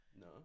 no